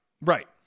right